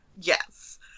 yes